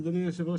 אדוני היושב ראש,